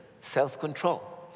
self-control